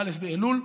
בא' באלול?